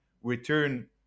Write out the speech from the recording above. Return